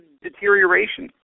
deterioration